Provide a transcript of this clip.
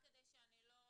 רק כדי שלא